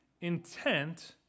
intent